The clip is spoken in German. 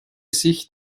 sich